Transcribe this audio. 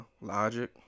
Logic